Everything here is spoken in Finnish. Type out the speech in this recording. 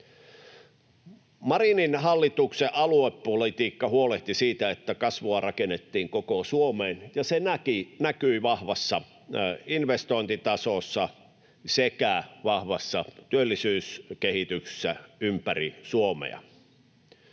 Marinin hallituksen aluepolitiikka huolehti siitä, että kasvua rakennettiin koko Suomeen, ja se näkyi vahvassa investointitasossa sekä vahvassa työllisyyskehityksessä ympäri Suomea.